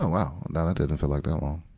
ah wow. nah, that didn't feel like that um um